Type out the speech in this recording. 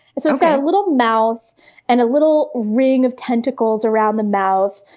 it's got a little mouth and a little ring of tentacles around the mouth.